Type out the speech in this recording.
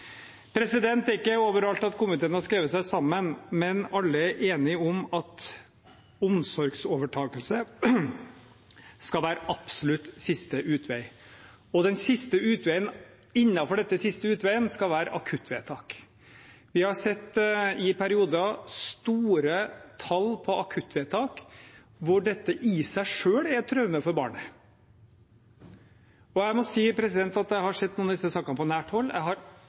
Det er ikke overalt komiteen har skrevet seg sammen, men alle er enige om at omsorgsovertakelse skal være absolutt siste utvei, og den siste utveien innenfor denne siste utveien skal være akuttvedtak. Vi har i perioder sett store tall på akuttvedtak der dette i seg selv er et traume for barnet. Jeg må si at jeg har sett noen av disse sakene på nært hold. Jeg har i mine 24 år i dette huset ikke sett noen saker som har